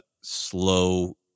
slow